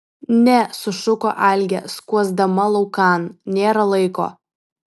ne sušuko algė skuosdama laukan nėra laiko